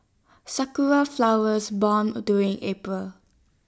Sakura Flowers born during April